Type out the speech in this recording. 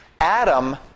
Adam